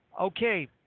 okay